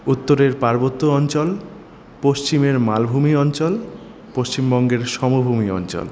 উত্তরের পার্বত্য অঞ্চল পশ্চিমের মালভূমি অঞ্চল পশ্চিমবঙ্গের সমভূমি অঞ্চল